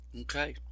Okay